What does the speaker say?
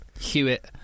Hewitt